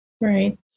Right